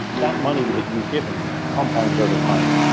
that money that you give them compounds over time.